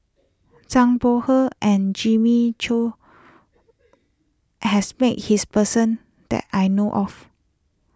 Zhang Bohe and Jimmy Chok has met his person that I know of